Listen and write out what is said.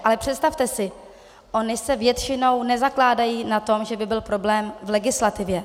Ale představte si, ony se většinou nezakládají na tom, že by byl problém v legislativě.